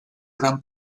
gran